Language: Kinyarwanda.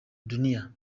dunia